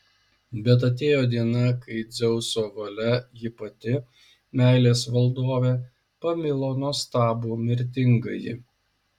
bet atėjo diena kai dzeuso valia ji pati meilės valdovė pamilo nuostabų mirtingąjį